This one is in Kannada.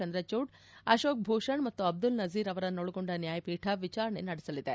ಚಂದ್ರಚೂಡ್ ಅಶೋಕ್ ಭೂಷಣ್ ಮತ್ತು ಅಬ್ದುಲ್ ನಜೀರ್ ಅವರನ್ನು ಒಳಗೊಂಡ ನ್ಯಾಯಪೀಠ ವಿಚಾರಣೆ ನಡೆಸಲಿದೆ